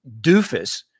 doofus